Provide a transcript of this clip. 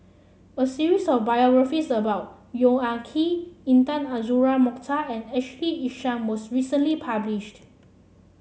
a series of biographies about Yong Ah Kee Intan Azura Mokhtar and Ashley Isham was recently published